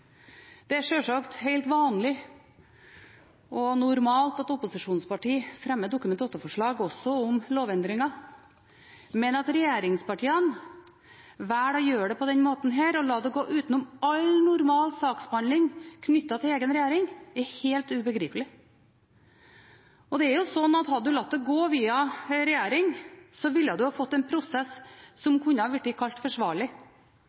Det er sjølsagt helt vanlig og normalt at opposisjonspartier fremmer Dokument 8-forslag, også om lovendringer, men at regjeringspartiene velger å gjøre det på denne måten – å la det gå utenom all normal saksbehandling knyttet til egen regjering – er helt ubegripelig. Hadde en latt det gå via regjeringen, ville en fått en prosess som kunne ha blitt kalt forsvarlig,